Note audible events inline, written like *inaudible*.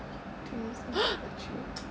ya there's a a trait *noise*